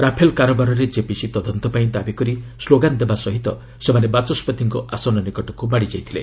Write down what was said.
Rafale କାରବାରର JPC ତଦନ୍ତ ପାଇଁ ଦାବି କରି ସ୍କୋଗାନ୍ ଦେବା ସହ ସେମାନେ ବାଚସ୍କତିଙ୍କ ଆସନ ନିକଟକୁ ମାଡ଼ିଯାଇଥିଲେ